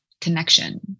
connection